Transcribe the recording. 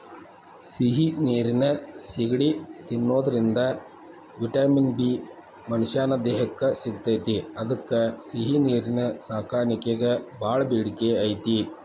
ಸಿಹಿ ನೇರಿನ ಸಿಗಡಿ ತಿನ್ನೋದ್ರಿಂದ ವಿಟಮಿನ್ ಬಿ ಮನಶ್ಯಾನ ದೇಹಕ್ಕ ಸಿಗ್ತೇತಿ ಅದ್ಕ ಸಿಹಿನೇರಿನ ಸಾಕಾಣಿಕೆಗ ಬಾಳ ಬೇಡಿಕೆ ಐತಿ